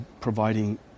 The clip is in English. providing